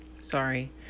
sorry